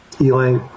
Eli